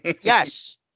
Yes